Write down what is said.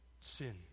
sin